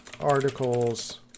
articles